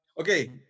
Okay